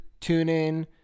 TuneIn